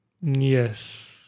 Yes